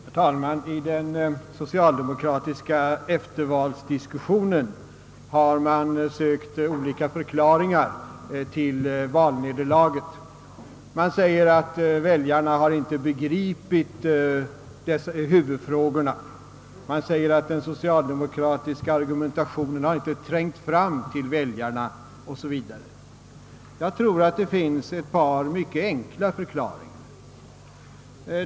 Herr talman! I den socialdemokratiska eftervalsdiskussionen har man sökt olika förklaringar till valnederlaget. Man säger att väljarna inte har begripit huvudfrågorna. Man säger att den socialdemokratiska argumentationen inte har trängt fram till väljarna, m.m. Jag tror att det finns ett par mycket enkla förklaringar.